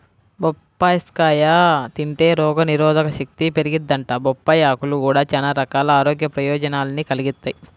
బొప్పాస్కాయ తింటే రోగనిరోధకశక్తి పెరిగిద్దంట, బొప్పాయ్ ఆకులు గూడా చానా రకాల ఆరోగ్య ప్రయోజనాల్ని కలిగిత్తయ్